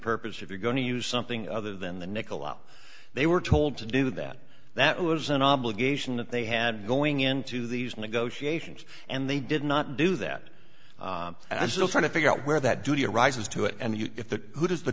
purpose if you're going use something other than the nicolo they were told to do that that was an obligation that they had going into these negotiations and they did not do that i still trying to figure out where that duty arises to it and if the who does the